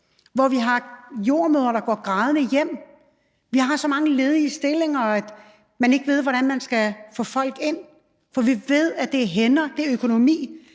hvor vi har jordemødre, der går grædende hjem. Vi har så mange ledige stillinger, at man ikke ved, hvordan man skal få folk ind, for vi ved, at det er hænder, at det er økonomi,